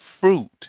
fruit